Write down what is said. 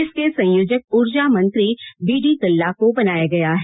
इसके संयोजक ऊर्जा मंत्री बी डी कल्ला को बनाया गया है